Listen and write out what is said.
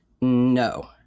No